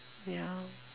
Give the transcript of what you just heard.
ya